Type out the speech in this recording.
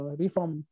reform